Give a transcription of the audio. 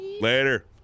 later